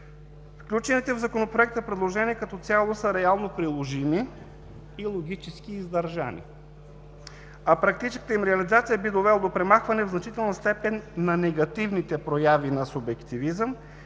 Включените в Законопроекта предложения като цяло са реално приложими и логически издържани, а практическата им реализация би довела до премахване в значителна степен на негативните прояви на субективизъм